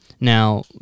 now